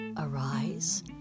arise